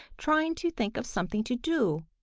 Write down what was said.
trying to think of something to do.